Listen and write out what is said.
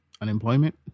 unemployment